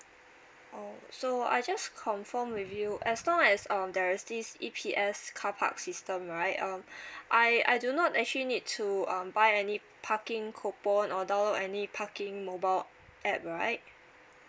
oh so I just confirm with you as long as um there is this E_P_S carpark system right um I I do not actually need to um buy any parking coupon or download any parking mobile app right